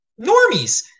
normies